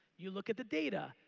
you look at the data.